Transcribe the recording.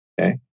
Okay